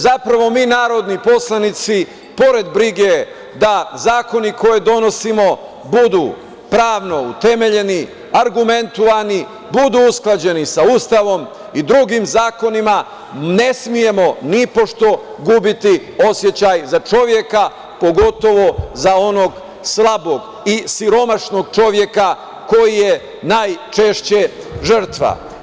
Zapravo mi narodni poslanici, pored brige da zakone koje donosimo budu pravno utemeljni, argumentnovani, budu usklađeni sa Ustavom i drugim zakonima, ne smemo nipošto gubiti osećaj za čoveka, pogotovo za onog slabog i siromašnog čoveka koji je najčešće žrtva.